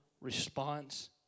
response